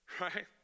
right